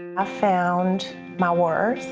um ah found my worth,